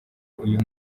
uyu